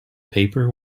paper